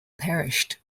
perished